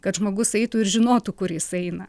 kad žmogus eitų ir žinotų kur jis eina